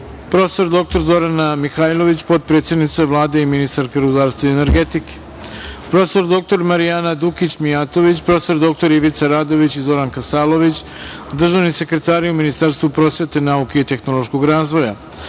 prof. dr Zorana Mihajlović, potpredsednica Vlade i ministarka rudarstva i energetike, prof. dr Marijana Dukić Mijatović, prof. dr Ivica Radović i Zoran Kasalović, državni sekretari u Ministarstvuprosvete, nauke i tehnološkog razvoja,